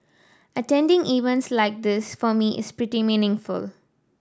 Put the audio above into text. attending events like this for me is pretty meaningful